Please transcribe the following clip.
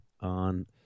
on